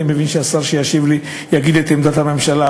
אני מבין שהשר שישיב לי יגיד את עמדת הממשלה,